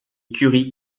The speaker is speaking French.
curie